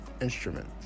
instrument